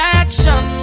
action